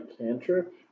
cantrip